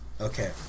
Okay